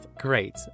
great